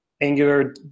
Angular